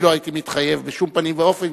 אני לא הייתי מתחייב בשום פנים ואופן